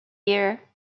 year